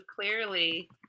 clearly